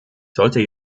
sollte